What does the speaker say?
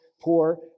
poor